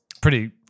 pretty-